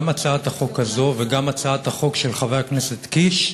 גם הצעת החוק הזאת וגם הצעת החוק של חבר הכנסת קיש,